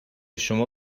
شما